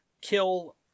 kill